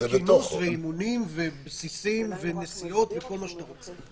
אימונים ובסיסים ונסיעות וכל מה שאתה רוצה.